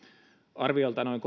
arviolta noin